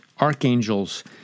archangels